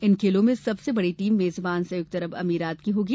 इन खेलों में सबसे बड़ी टीम मेजबान संयुक्त अरब अमीरात की होगी